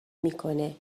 میکنه